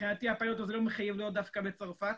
מבחינתי הפיילוט הזה לא מחייב להיות דווקא בצרפת,